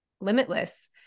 limitless